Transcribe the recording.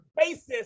basis